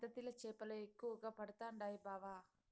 seining lining పద్ధతిల చేపలు ఎక్కువగా పడుతండాయి బావ